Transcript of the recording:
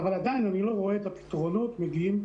אבל עדיין אני לא רואה את הפתרונות מגיעים.